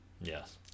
Yes